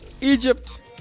Egypt